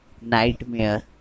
Nightmare